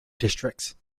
districts